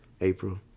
April